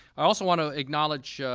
i also want to acknowledge